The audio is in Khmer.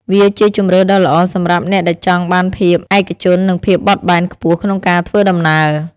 វាជាជម្រើសដ៏ល្អសម្រាប់អ្នកដែលចង់បានភាពឯកជននិងភាពបត់បែនខ្ពស់ក្នុងការធ្វើដំណើរ។